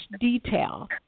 detail